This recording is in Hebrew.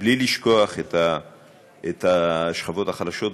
בלי לשכוח את השכבות החלשות,